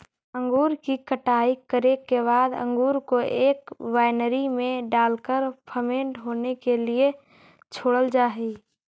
अंगूर की कटाई करे के बाद अंगूर को एक वायनरी में डालकर फर्मेंट होने के लिए छोड़ल जा हई